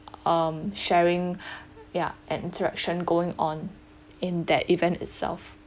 um sharing ya and interaction going on in that event itself